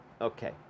Okay